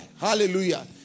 Hallelujah